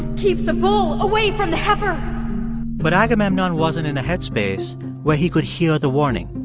keep the bull away from the heifer but agamemnon wasn't in a headspace where he could hear the warning.